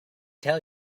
tell